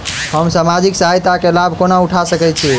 हम सामाजिक सहायता केँ लाभ कोना उठा सकै छी?